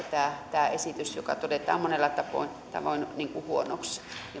tämä esitys joka todetaan monella tavoin tavoin huonoksi